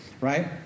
Right